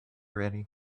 ready